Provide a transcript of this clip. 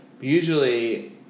usually